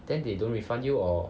then they don't refund you or